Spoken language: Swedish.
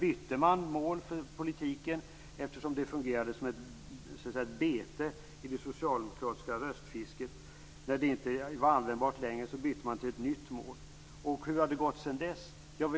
Sedan bytte man mål för politiken, eftersom målet fungerade som ett bete i det socialdemokratiska röstfisket; när det inte var användbart längre bytte man till ett nytt. Hur har det gått sedan dess?